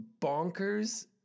bonkers